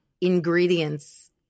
ingredients